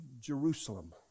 Jerusalem